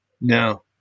No